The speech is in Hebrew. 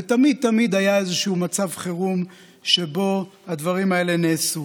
ותמיד תמיד היה איזשהו מצב חירום שבו הדברים האלה נעשו.